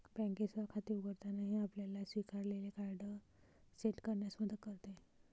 बँकेसह खाते उघडताना, हे आपल्याला स्वीकारलेले कार्ड सेट करण्यात मदत करते